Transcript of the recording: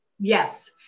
Yes